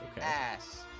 ass